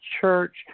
church